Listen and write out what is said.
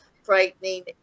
Frightening